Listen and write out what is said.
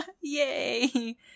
Yay